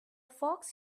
fox